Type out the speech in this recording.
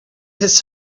his